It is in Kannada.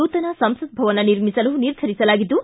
ನೂತನ ಸಂಸತ್ ಭವನ ನಿರ್ಮಿಸಲು ನಿರ್ಧರಿಸಲಾಗಿದ್ದು